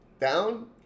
down